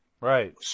Right